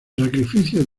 sacrificio